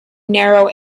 narrow